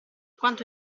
quanto